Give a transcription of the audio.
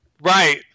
Right